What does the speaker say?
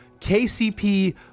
KCP